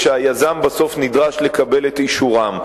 כשהיזם נדרש בסוף לקבל את אישורם.